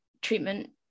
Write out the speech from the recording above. treatment